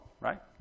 Right